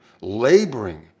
laboring